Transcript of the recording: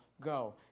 Go